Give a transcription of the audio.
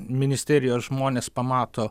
ministerijos žmonės pamato